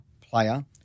player